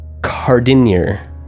Cardinier